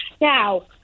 Now